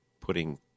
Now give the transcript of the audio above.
putting